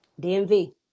dmv